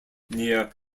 near